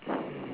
mm